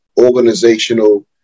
Organizational